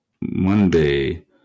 Monday